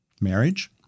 marriage